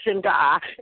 God